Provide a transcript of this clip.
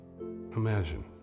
Imagine